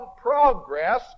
progress